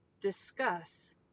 discuss